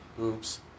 Oops